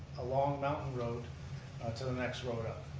along mountain road to the next road up.